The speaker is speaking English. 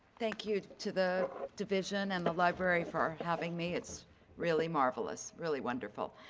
thank you to the division and the library for having me. it's really marvelous, really wonderful.